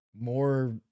more